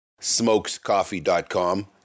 smokescoffee.com